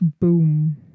Boom